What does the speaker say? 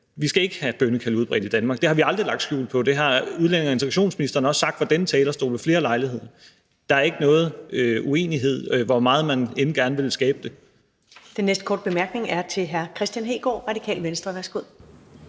Vi skal ikke have bønnekald udbredt i Danmark. Det har vi aldrig lagt skjul på, og det har udlændinge- og integrationsministeren også sagt fra denne talerstol ved flere lejligheder. Der er ikke nogen uenighed, hvor meget man end gerne vil skabe det. Kl. 11:08 Første næstformand (Karen Ellemann): Den næste korte bemærkning er til hr. Kristian Hegaard, Radikale Venstre. Værsgo.